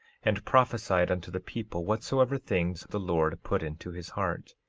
and prophesied unto the people whatsoever things the lord put into his heart.